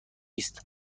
است